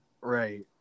Right